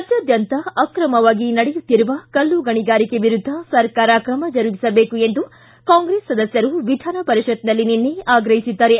ರಾಜ್ಯಾದ್ಯಂತ ಅಕ್ರಮವಾಗಿ ನಡೆಯುತ್ತಿರುವ ಕಲ್ಲು ಗಣಿಗಾರಿಕೆ ವಿರುದ್ದ ಸರ್ಕಾರ ತ್ರಮ ಜರುಗಿಸಬೇಕು ಎಂದು ಕಾಂಗ್ರೆಸ್ ಸದಸ್ಯರು ವಿಧಾನಪರಿಷತ್ನಲ್ಲಿ ನಿನ್ನೆ ಆಗ್ರಹಿಸಿದ್ದಾರೆ